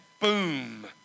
boom